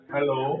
Hello